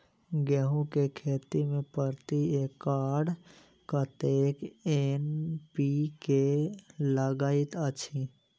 गेंहूँ केँ खेती मे प्रति एकड़ कतेक एन.पी.के लागैत अछि?